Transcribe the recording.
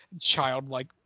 childlike